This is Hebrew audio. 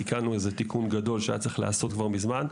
תיקנו תיקון גדול שהיה צריך להיעשות כבר מזמן.